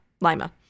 Lima